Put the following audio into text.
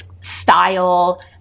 style